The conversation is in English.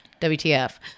WTF